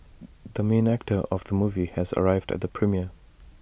the main actor of the movie has arrived at the premiere